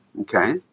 okay